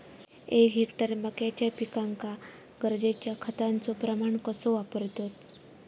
एक हेक्टर मक्याच्या पिकांका गरजेच्या खतांचो प्रमाण कसो वापरतत?